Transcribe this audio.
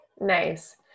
Nice